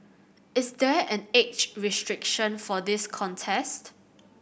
is there an age restriction for this contest